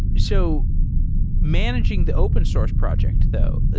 so managing the open source project though,